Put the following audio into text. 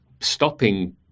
stopping